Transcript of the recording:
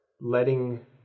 letting